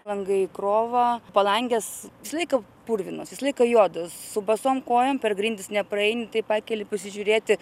langai į krovą palangės visą laiką purvinos visą laiką juodos su basom kojom per grindis nepraeini tai pakeli pasižiūrėti